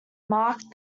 marked